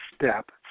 step